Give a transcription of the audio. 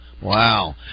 Wow